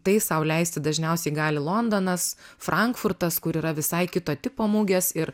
tai sau leisti dažniausiai gali londonas frankfurtas kur yra visai kito tipo mugės ir